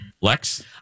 Lex